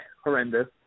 horrendous